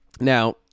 Now